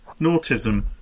Nautism